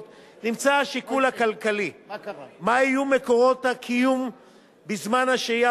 נמצא השיקול הכלכלי: מה יהיו מקורות הקיום בזמן השהייה